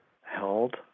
held